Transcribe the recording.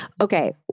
Okay